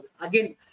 Again